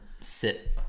sit